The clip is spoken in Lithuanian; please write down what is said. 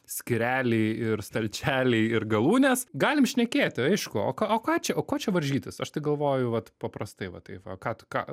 skyreliai ir stalčialiai ir galūnės galim šnekėti aišku o ką o ką čia o ko čia varžytis aš tai galvoju vat paprastai va taip va o ką t ką